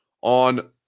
on